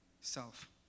self